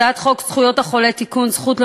הצעת חוק זכויות החולה (תיקון מס' 8)